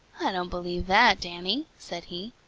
i don't believe that, danny, said he.